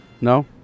No